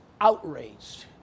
outraged